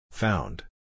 Found